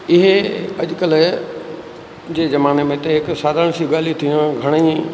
इहे अॼुकल्ह जे ज़माने में त हिकु साधारण सी ॻाल्हियूं थी वियूं घणईं